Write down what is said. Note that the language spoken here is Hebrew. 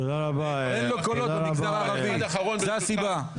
אין לו קולות במגזר הערבי, זה הסיבה.